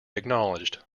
acknowledged